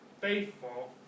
faithful